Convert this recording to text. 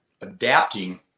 Adapting